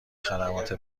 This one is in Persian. خدمات